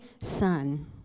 son